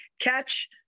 catch